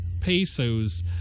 pesos